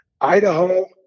idaho